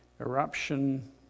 eruption